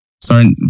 Sorry